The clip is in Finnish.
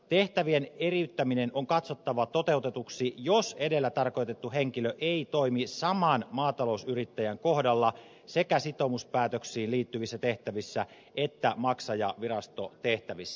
tehtävien eriyttäminen on katsottava toteutetuksi jos edellä tarkoitettu henkilö ei toimi saman maatalousyrittäjän kohdalla sekä sitoumuspäätöksiin liittyvissä tehtävissä että maksajavirastotehtävissä